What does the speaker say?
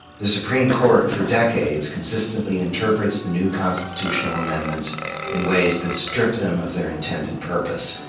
the supreme court, for decades, consistently interprets the new constitutional amendments in ways that strip them of their intended purpose,